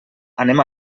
anem